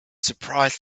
surprised